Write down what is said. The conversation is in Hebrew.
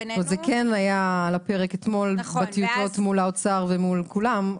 זאת אומרת זה כן היה על הפרק אתמול בטיוטות מול האוצר ומול כולם.